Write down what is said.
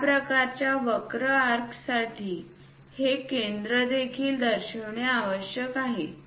या प्रकारच्या वक्र आर्क्ससाठी हे केंद्र देखील दर्शविणे आवश्यक आहे